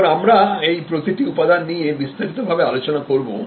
এখন আমরা এই প্রতিটি উপাদান নিয়ে বিস্তারিত ভাবে আলোচনা করব